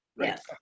Yes